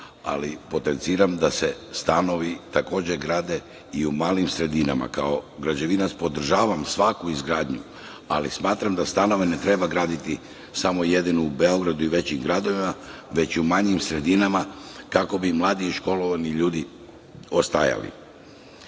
ali potenciram da se stanovi takođe grade i u malim sredinama. Ja kao građevinac podržavam svaku izgradnju, ali smatram da stanove ne treba graditi samo i jedino u Beogradu i u većim gradovima, već i u manjim sredinama, kako bi mladi i školovani ljudi ostajali. Takođe,